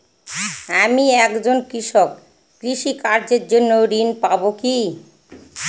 আমি একজন কৃষক কৃষি কার্যের জন্য ঋণ পাব কি?